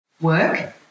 work